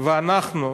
ואנחנו,